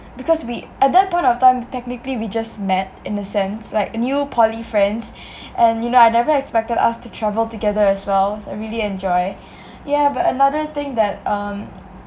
because we at that point of time technically we just met in the sense like new poly friends and you know I never expected us to travel together as well as I really enjoy yah but another thing that um